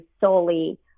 solely